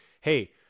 hey